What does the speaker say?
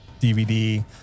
DVD